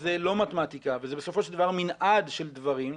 וזה לא מתמטיקה וזה בסופו של דבר מנעד של דברים,